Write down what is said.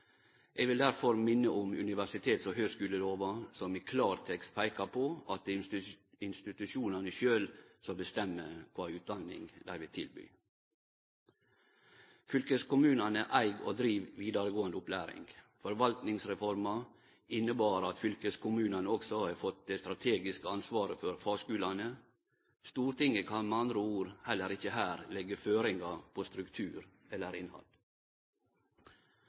Eg vil derfor minne om universitets- og høgskulelova, som i klartekst peikar på at det er institusjonane sjølve som bestemmer kva utdaning dei vil tilby. Fylkeskommunane eig og driv vidaregåande opplæring. Forvaltningsreforma inneber at fylkeskommunane også har fått det strategiske ansvaret for fagskulane. Stortinget kan med andre ord heller ikkje her leggje føringar på struktur eller innhald.